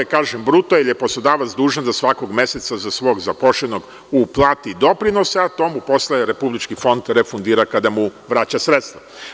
Kažem – bruto, jer je poslodavac dužan da svakog meseca za svog zaposlenog uplati doprinos, a to mu posle Republički fond refundira kada mu vraća sredstva.